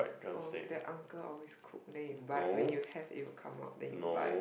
oh that uncle always cook then you buy when you have it will come out when you buy